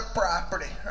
property